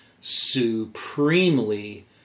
supremely